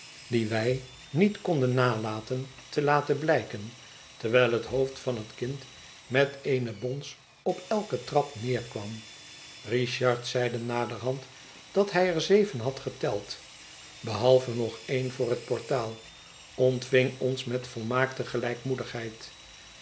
die wij niet konden nalaten te laten blijken terwijl het hoofd van het kind met eene bons op elke trap neerkwam richard zeide naderhand dat hij er zeven had geteld behalve nog een voor het tiet verlaten huis portaal ontving ons met volmaakte gelijkmoedigheid